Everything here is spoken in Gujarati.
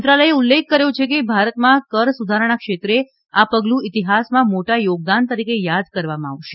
મંત્રાલયે ઉલ્લેખ કર્યો છે કે ભારતમાં કર સુધારણા ક્ષેત્રે આ પગલું ઇતિહાસમાં મોટા યોગદાન તરીકે યાદ કરવામાં આવશે